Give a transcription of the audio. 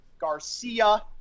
Garcia